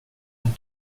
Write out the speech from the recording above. and